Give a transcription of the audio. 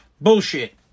Bullshit